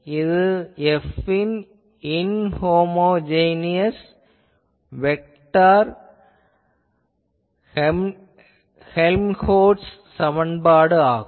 இது F ன் inhomogeneous vector Helmholtz சமன்பாடு ஆகும்